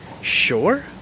sure